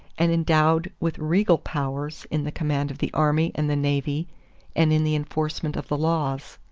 and endowed with regal powers in the command of the army and the navy and in the enforcement of the laws.